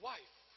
Wife